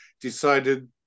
decided